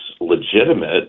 legitimate